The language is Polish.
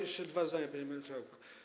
Jeszcze dwa zdania, panie marszałku.